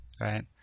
Right